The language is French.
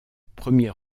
premier